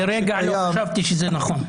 לרגע לא חשבתי שזה נכון.